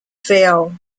fail